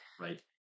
Right